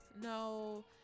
no